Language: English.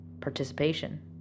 participation